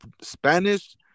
Spanish